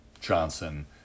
Johnson